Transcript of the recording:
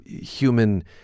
human